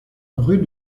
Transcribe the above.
rue